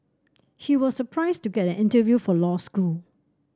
he was surprised to get an interview for law school